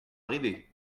arrivé